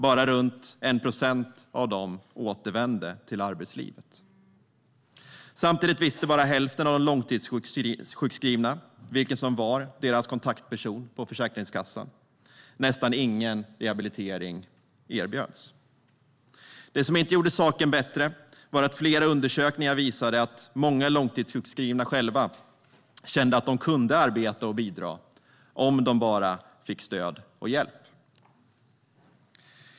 Bara runt 1 procent av dem återvände till arbetslivet. Samtidigt visste bara hälften av de långtidssjukskrivna vem som var deras kontaktperson på Försäkringskassan. Nästan ingen rehabilitering erbjöds. Det som inte gjorde saken bättre var att flera undersökningar visade att många långtidssjukskrivna själva kände att de kunde arbeta och bidra - om de bara fick stöd och hjälp.